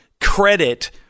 credit